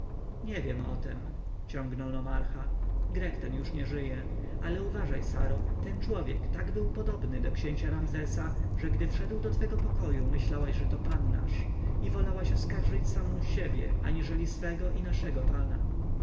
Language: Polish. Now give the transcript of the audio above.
nie wiem otem ciągnął nomarcha grek ten już nie żyje ale uważaj saro ten człowiek był tak podobny do księcia ramzesa że gdy wszedł do twego pokoju myślałaś że to nasz pan i wolałaś oskarżyć samą siebie aniżeli swego i naszego pana